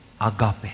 agape